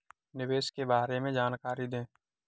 निवेश के बारे में जानकारी दें?